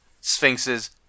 Sphinxes